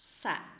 sat